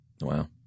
Wow